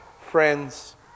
friends